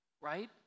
right